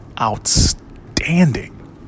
outstanding